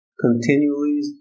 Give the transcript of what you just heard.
continually